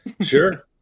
Sure